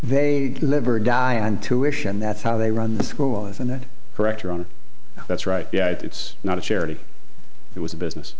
they live or die on tuition that's how they run the school isn't that correct or on that's right yeah it's not a charity it was a business